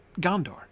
Gondor